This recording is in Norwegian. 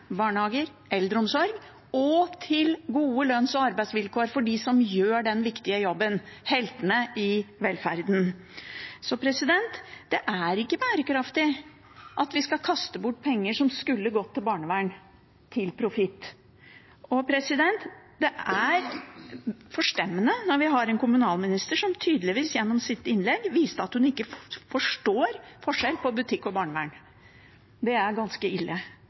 barnehager, eldreomsorg, og til gode lønns- og arbeidsvilkår for dem som gjør den viktige jobben – heltene i velferden. Det er ikke bærekraftig at vi skal kaste bort penger som skulle gått til barnevern, til profitt. Det er forstemmende når vi har en kommunalminister som gjennom sitt innlegg viste at hun tydeligvis ikke forstår forskjell på butikk og barnevern. Det er ganske ille.